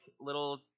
little